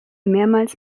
mehrmals